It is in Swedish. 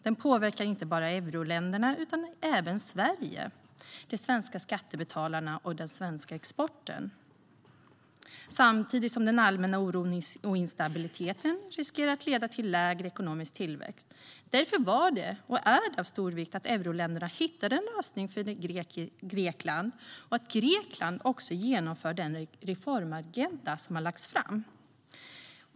Den påverkar inte bara euroländerna utan även Sverige, de svenska skattebetalarna och den svenska exporten, samtidigt som den allmänna oron och instabiliteten riskerar att leda till lägre ekonomisk tillväxt. Därför var och är det av stor vikt att euroländerna hittade en lösning för Grekland och att Grekland också genomför den reformagenda som har lagts fram.